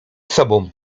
sobą